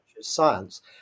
science